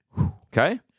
Okay